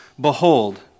Behold